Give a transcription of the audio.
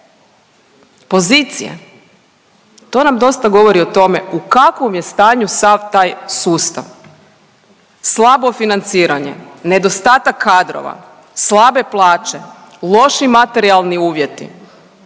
pozicije, to nam dosta govori o tome u kakvom je stanju sav taj sustav. Slabo financiranje, nedostatak kadrova, slabe plaće, loši materijalni uvjeti.